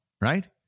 Right